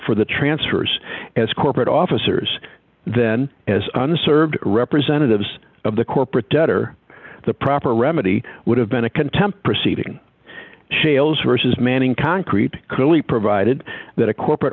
for the transfers as corporate officers then as unserved representatives of the corporate debtor the proper remedy would have been a contempt proceeding shales versus manning concrete clearly provided that a corporate